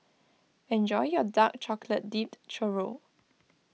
enjoy your Dark Chocolate Dipped Churro